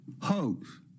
hoax